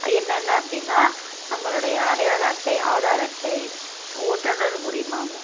என்னென்ன அப்படின்னா நம்மளுடைய அடையாள அட்டை ஆதார அட்டை ஓட்டுநர் உரிமம்